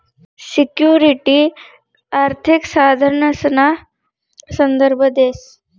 security आर्थिक साधनसना संदर्भ देस